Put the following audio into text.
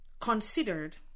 considered